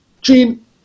Gene